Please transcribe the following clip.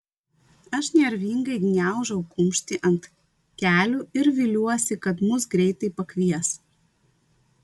aš nervingai gniaužau kumštį ant kelių ir viliuosi kad mus greitai pakvies